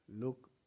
look